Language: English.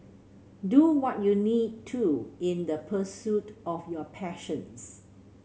do what you need to in the pursuit of your passions